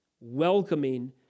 welcoming